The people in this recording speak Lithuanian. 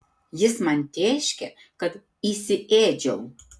jis man tėškė kad įsiėdžiau